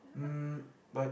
um but